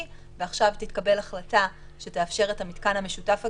ועכשיו תתקבל החלטה שתאפשר את המתקן המשותף הגדול,